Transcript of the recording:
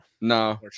No